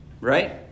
Right